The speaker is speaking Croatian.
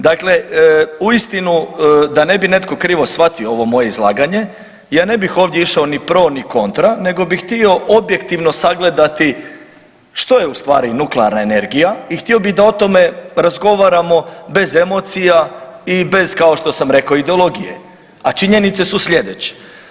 Dakle, uistinu da ne bi netko krivo shvatio ovo moje izlaganje, ja ne bih ovdje išao ni pro ni kontra nego bi htio objektivno sagledati što je u stvari nuklearna energija i htio bi da o tome razgovaramo bez emocija i bez kao što sam rekao ideologije, a činjenice su slijedeće.